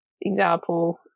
example